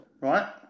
right